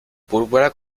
púrpura